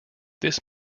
this